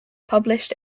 published